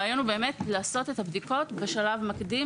הרעיון הוא לעשות את הבדיקות בשלב מקדים.